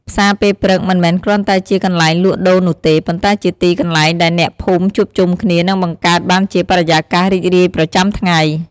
ផ្សារពេលព្រឹកមិនមែនគ្រាន់តែជាកន្លែងលក់ដូរនោះទេ ប៉ុន្តែជាទីកន្លែងដែលអ្នកភូមិជួបជុំគ្នា និងបង្កើតបានជាបរិយាកាសរីករាយប្រចាំថ្ងៃ។